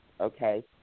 okay